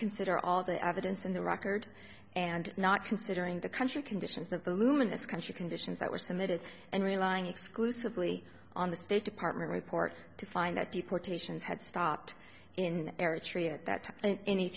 consider all the evidence in the record and not considering the country conditions that the luminous country conditions that were submitted and relying exclusively on the state department report to find that deportations had stopped in eritrea at that time